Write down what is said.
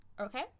Okay